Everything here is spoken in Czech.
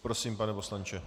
Prosím, pane poslanče.